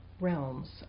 realms